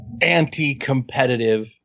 anti-competitive